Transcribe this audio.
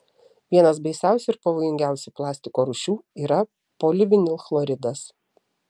vienas baisiausių ir pavojingiausių plastiko rūšių yra polivinilchloridas